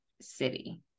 city